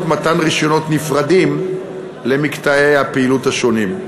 מתן רישיונות נפרדים למקטעי הפעילות השונים.